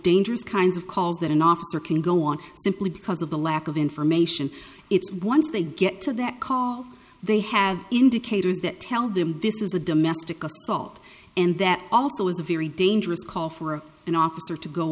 dangerous kinds of calls that an officer can go on simply because of the lack of information it's once they get to that call they have indicators that tell them this is a domestic assault and that also is a very dangerous call for an officer to go